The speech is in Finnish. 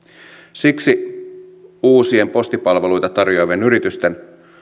siksi uusien postipalveluita tarjoavien yritysten